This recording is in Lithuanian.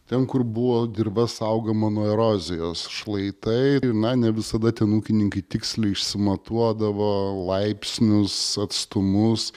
ten kur buvo dirva saugoma nuo erozijos šlaitai ir na ne visada ten ūkininkai tiksliai išsimatuodavo laipsnius atstumus